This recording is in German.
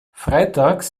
freitags